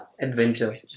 adventure